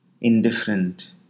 indifferent